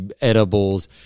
edibles